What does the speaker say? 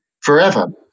forever